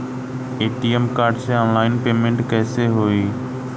ATM card से online payment कैसे होई?